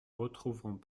retrouverons